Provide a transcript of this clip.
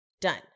Done